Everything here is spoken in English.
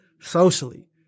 socially